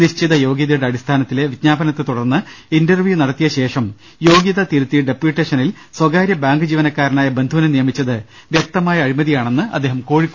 നിശ്ചിത യോഗ്യതയുടെ അടിസ്ഥാനത്തിലെ വിജ്ഞാപ നത്തെ തുടർന്ന് ഇന്റർവ്യൂ നടത്തിയ ശേഷം യോഗ്യത തിരുത്തി ഡെപ്യൂട്ടേഷനിൽ സ്വകാര്യ ബാങ്ക് ജീവനക്കാരനായ ബന്ധുവിനെ നിയമിച്ചത് വ്യക്തമായ അഴിമതിയാണെന്ന് അദ്ദേഹം കോഴിക്കോട്ട് പറഞ്ഞു